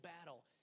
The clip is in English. battle